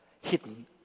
hidden